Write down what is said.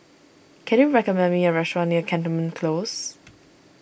can you recommend me a restaurant near Cantonment Close